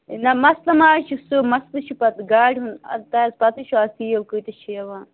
ہے نہَ مَسلہٕ ما حظ چھُ سُہ مَسلہٕ چھُ پَتہٕ گاڑِ ہُنٛد اَدٕ تۄہہِ ہے پَتہٕ ہٕے چھُ اَز تیٖل کۭتِس چھِ یِوان